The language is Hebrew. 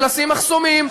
ולשים מחסומים,